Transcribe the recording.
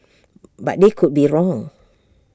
but they could be wrong